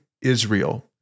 Israel